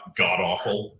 god-awful